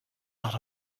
not